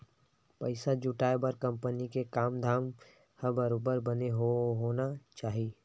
पइसा जुटाय बर कंपनी के काम धाम ह बरोबर बने होना चाही